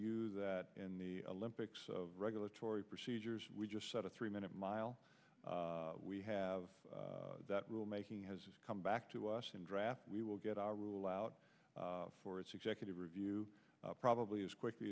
you that in the olympics of regulatory procedures we just set a three minute mile we have that rule making has come back to us in draft we will get our rule out for its executive review probably as quickly